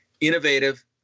innovative